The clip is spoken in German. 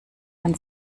man